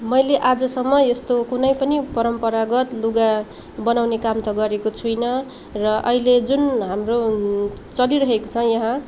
मैले आजसम्म यस्तो कुनै पनि परम्परागत लुगा बनाउने काम त गरेको छुइनँ र अहिले जुन हाम्रो चलिरहेको छ यहाँ